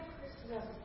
Christmas